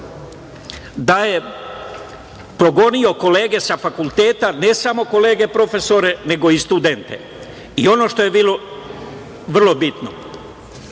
da je progonio kolege sa fakulteta, ne samo kolege profesore, nego i studente. Ono što je bilo vrlo bitno,